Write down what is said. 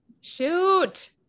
Shoot